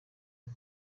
ati